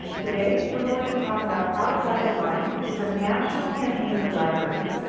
today we are going to talk about outside the lines which is a national campaign for libraries.